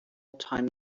time